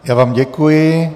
Já vám děkuji.